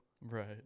Right